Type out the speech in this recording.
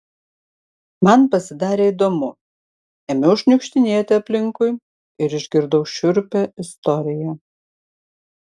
man pasidarė įdomu ėmiau šniukštinėti aplinkui ir išgirdau šiurpią istoriją